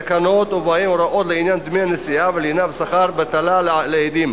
תקנות ובהן הוראות לעניין דמי נסיעה ולינה ושכר בטלה לעדים,